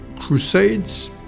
crusades